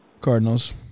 Cardinals